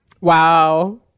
Wow